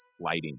sliding